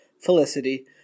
Felicity